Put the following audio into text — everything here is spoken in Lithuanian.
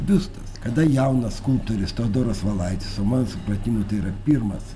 biustas kada jaunas skulptorius teodoras valaitis o mano supratimu tai yra pirmas